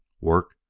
Work